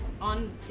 on